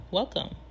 welcome